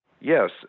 Yes